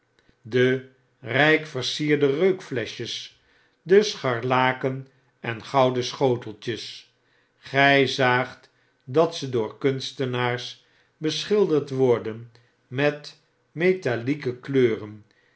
de rijkversierde reukfleschjes de scharlaken en gouden schoteltjes gy zaagt dat ze door kunstenaars beschilderd worden met metallieke kleuren